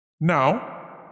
Now